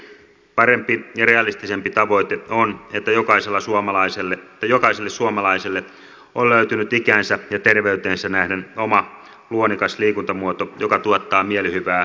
parempi ja realistisempi tavoite on että jokaiselle suomalaiselle on löytynyt ikäänsä ja terveyteensä nähden oma luonnikas liikuntamuoto joka tuottaa mielihyvää myös sosiaalisesti